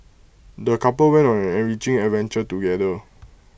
the couple went on an enriching adventure together